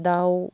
दाउ